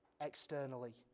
externally